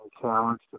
challenge